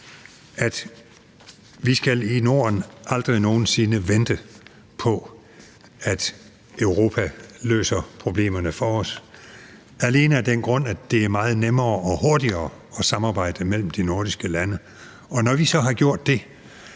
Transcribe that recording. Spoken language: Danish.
at vi i Norden aldrig nogen sinde skal vente på, at Europa løser problemerne for os, alene af den grund at det er meget nemmere og hurtigere at samarbejde mellem de nordiske lande. Og når vi så har gjort det,